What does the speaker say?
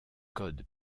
code